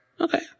Okay